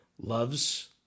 loves